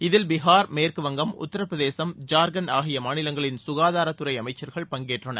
இதில் பிகார் மேற்கு வங்கம் உத்தரப்பிரதேசம் ஜார்கண்ட் ஆகிய மாநிலங்களின் சுகாதாரத் துறை அமைச்சர்கள் பங்கேற்றனர்